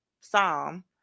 Psalm